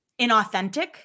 inauthentic